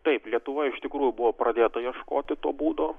taip lietuvoj iš tikrųjų buvo pradėta ieškoti to būdo